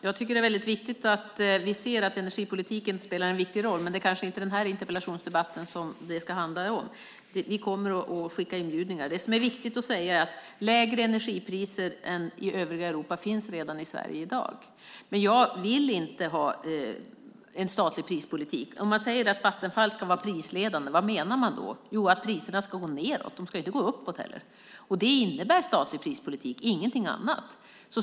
Fru talman! Vi ser att energipolitiken spelar en viktig roll. Men det är kanske inte det som den här interpellationsdebatten ska handla om. Vi kommer att skicka inbjudningar. Det som är viktigt att säga är att lägre energipriser än i övriga Europa redan finns i Sverige i dag. Men jag vill inte ha en statlig prispolitik. Vad menar man när man säger att Vattenfall ska vara prisledande? Jo, att priserna ska gå nedåt. De ska inte gå uppåt. Det innebär statlig prispolitik och ingenting annat.